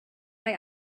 mae